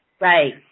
Right